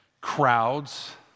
crowds